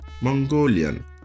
Mongolian